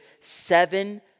seven